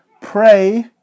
Pray